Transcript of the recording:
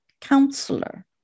Counselor